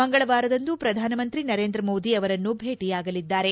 ಮಂಗಳವಾರದಂದು ಪ್ರಧಾನಮಂತ್ರಿ ನರೇಂದ್ರ ಮೋದಿ ಅವರನ್ನು ಭೇಟಿಯಾಗಲಿದ್ದಾರೆ